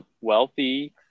wealthy